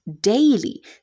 daily